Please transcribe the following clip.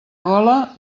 gola